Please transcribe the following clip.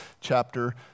chapter